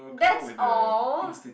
that's all